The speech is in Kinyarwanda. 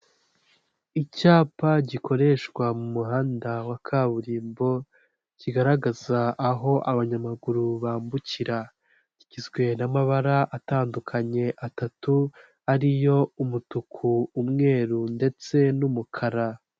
Icyapa gikoreshwa mu muhanda wa kaburimbo kigaragaza aho abanyamaguru bambukira kigizwe n'amabara atandukanye atatu ari yo umutuku, umweru, ndetse n'umukara.